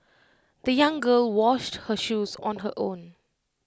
the young girl washed her shoes on her own